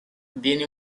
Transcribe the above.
viene